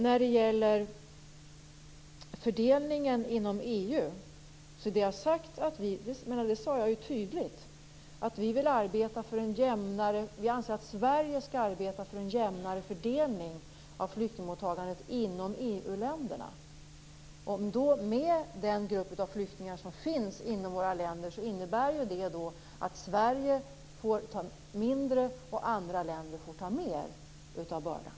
När det gäller fördelningen inom EU sade jag tydligt att vi anser att Sverige skall arbeta för en jämnare fördelning av flyktingmottagandet inom EU-länderna. Med den grupp av flyktingar som finns inom våra länder innebär det att Sverige får ta en mindre del och att andra får ta en större del av bördan.